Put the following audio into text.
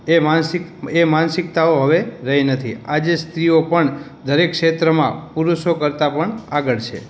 તે માનસિક એ માનસિકતાઓ હવે રહી નથી આજે સ્ત્રીઓ પણ દરેક ક્ષેત્રમાં પુરુષો કરતાં પણ આગળ છે